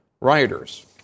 rioters